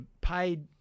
Paid